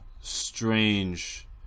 strange